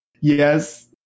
Yes